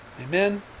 Amen